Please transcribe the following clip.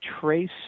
trace